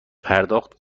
پرداخت